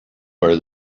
there